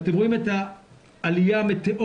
ואתם רואים את העלייה המטאורית